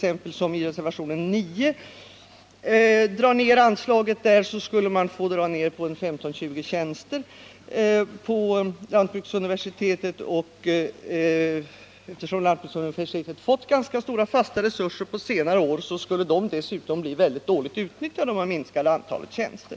Förslaget i reservationen 9 innebär t.ex. att man skulle få dra in 15 å 20 tjänster vid lantbruksuniversitetet. Eftersom lantbruksuniversitetet fått rätt stora fasta resurser under senare år, skulle dessa resurser komma att utnyttjas dåligt om man blev tvungen att minska antalet tjänster.